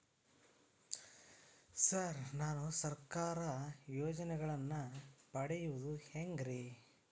Sir ನಾನು ಸರ್ಕಾರ ಯೋಜೆನೆಗಳನ್ನು ಪಡೆಯುವುದು ಹೆಂಗ್ರಿ?